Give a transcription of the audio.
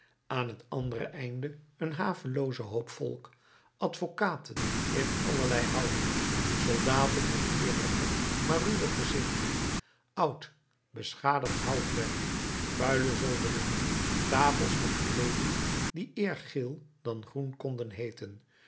aan het andere einde een havelooze hoop volk advocaten in allerlei houding soldaten met eerlijke maar ruwe gezichten oud beschadigd houtwerk vuile zoldering tafels met kleeden die eer geel dan groen konden heeten